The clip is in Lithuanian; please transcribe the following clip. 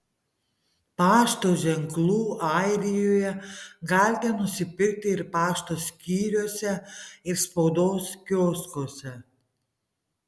pašto ženklų airijoje galite nusipirkti ir pašto skyriuose ir spaudos kioskuose